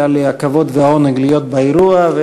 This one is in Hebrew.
היו לי הכבוד והעונג להיות באירוע.